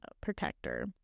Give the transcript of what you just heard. protector